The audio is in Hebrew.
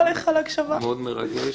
מאוד מרגש.